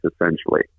essentially